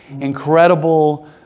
incredible